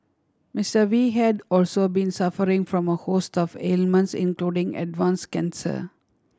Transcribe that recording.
Mister Wee had also been suffering from a host of ailments including advance cancer